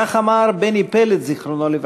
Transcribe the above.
כך אמר בני פלד ז"ל,